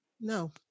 No